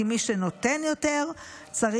כי